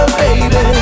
baby